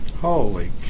Holy